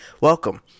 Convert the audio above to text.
welcome